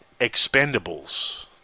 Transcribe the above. Expendables